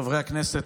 חברי הכנסת,